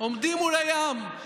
עומדים מול הים,